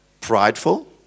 prideful